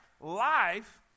Life